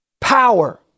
power